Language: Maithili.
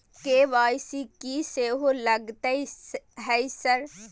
के.वाई.सी की सेहो लगतै है सर?